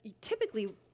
typically